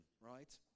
right